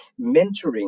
mentoring